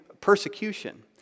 persecution